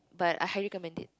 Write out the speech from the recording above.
but I highly recommend it